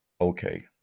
okay